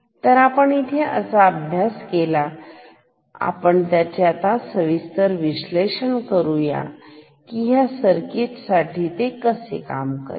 तर आपण इथे असा अभ्यास केला आहे आता आपण याचे सविस्तर विश्लेषण करू या सर्किट साठी ते कसे काम करेल